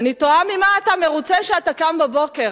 אני תוהה ממה אתה מרוצה כשאתה קם בבוקר.